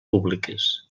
públiques